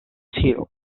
hill